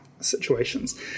situations